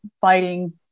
fighting